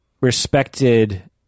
respected